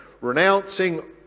renouncing